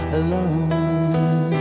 alone